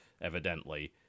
evidently